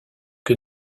que